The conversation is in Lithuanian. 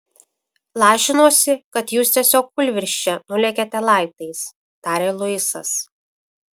lažinuosi kad jūs tiesiog kūlvirsčia nulėkėte laiptais tarė luisas